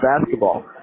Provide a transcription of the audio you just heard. basketball